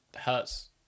hurts